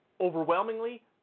overwhelmingly